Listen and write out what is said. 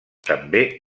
també